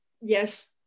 yes